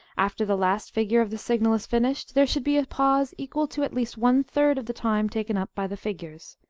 after the last figure of the signal is finished, there should be a pause equal to at least one-third of the time taken up by the figures.